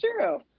true